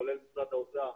כולל משרד האוצר,